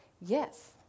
Yes